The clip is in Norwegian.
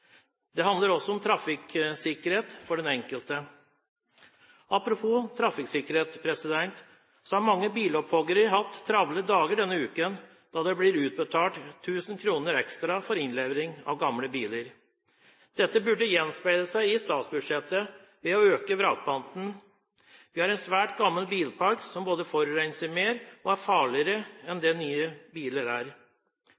Det handler også om trafikksikkerhet for den enkelte. Apropos trafikksikkerhet: Mange bilopphoggere har hatt travle dager denne uken, da det blir utbetalt 1 000 kr ekstra for innlevering av gamle biler. Dette burde gjenspeiles i statsbudsjettet ved at vrakpanten blir økt. Vi har en svært gammel bilpark, som både forurenser mer og er farligere enn